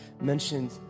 mentioned